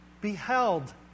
beheld